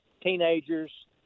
teenagers